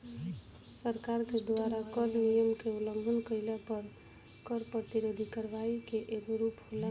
सरकार के द्वारा कर नियम के उलंघन कईला पर कर प्रतिरोध करवाई के एगो रूप होला